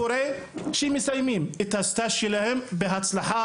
קורה שהם מסיימים את הסטאז' שלהם בהצלחה